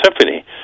Symphony